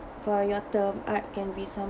for your term art can be some~